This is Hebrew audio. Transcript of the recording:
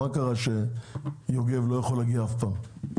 מה קרה שיוגב לא יכול להגיע אף פעם?